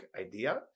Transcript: idea